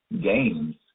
games